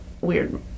weird